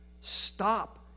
Stop